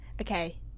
okay